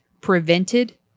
prevented